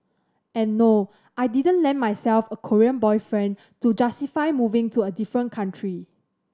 and no I didn't land myself a Korean boyfriend to justify moving to a different country